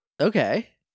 Okay